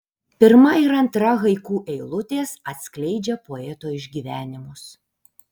pirma ir antra haiku eilutės atskleidžia poeto išgyvenimus